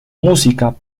música